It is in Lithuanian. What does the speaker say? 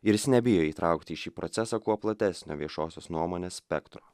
ir jis nebijo įtraukti į šį procesą kuo platesnio viešosios nuomonės spektro